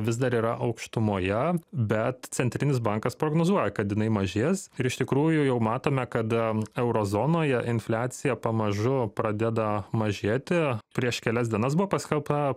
vis dar yra aukštumoje bet centrinis bankas prognozuoja kad jinai mažės ir iš tikrųjų jau matome kad euro zonoje infliacija pamažu pradeda mažėti prieš kelias dienas buvo paskelbta